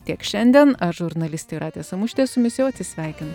tiek šiandien aš žurnalistė jūratų samušytė jau atsisveikinu